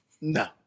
no